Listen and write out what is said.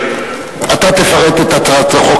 אתה תפרט את הצעת החוק,